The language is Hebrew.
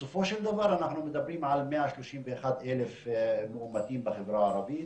בסופו של דבר אנחנו מדברים על 131,000 מאומתים בחברה הערבית,